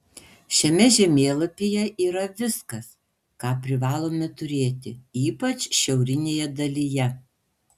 šiame žemėlapyje yra viskas ką privalome turėti ypač šiaurinėje dalyje